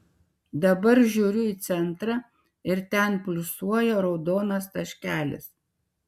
dabar žiūriu į centrą ir ten pulsuoja raudonas taškelis